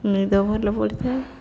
ନିଦ ଭଲ ପଡ଼ିଥାଏ